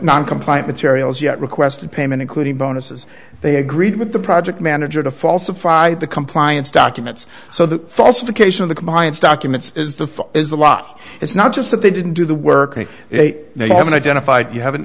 non compliant materials yet requested payment including bonuses they agreed with the project manager to falsify the compliance documents so the falsification of the compliance documents is the is the law it's not just that they didn't do the work and they haven't identified you haven't